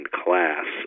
class